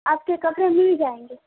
آپ کے کپڑے مل جائیں گے